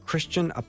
Christian